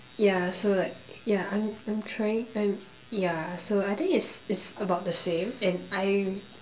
yeah so like yeah I'm I'm trying I'm yeah so I think it's it's about the same and I'm